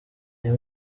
uyu